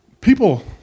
people